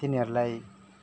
तिनीहरूलाई